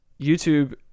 youtube